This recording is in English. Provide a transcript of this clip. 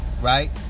right